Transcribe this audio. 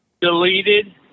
Deleted